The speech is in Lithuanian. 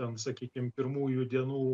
ten sakykim pirmųjų dienų